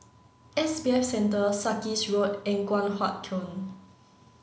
S B F Center Sarkies Road and Guan Huat Kiln